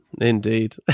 indeed